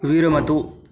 विरमतु